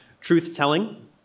truth-telling